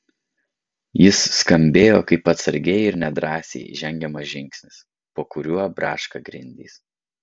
jis skambėjo kaip atsargiai ir nedrąsiai žengiamas žingsnis po kuriuo braška grindys